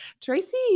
Tracy